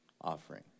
offering